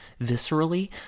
viscerally